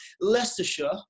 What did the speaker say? Leicestershire